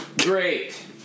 Great